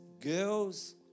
girls